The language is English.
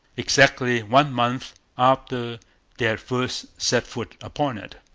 exactly one month after they had first set foot upon it.